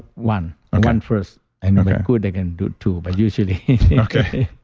one. ah one first. and if they're good, they can do two. but usuallydave okay.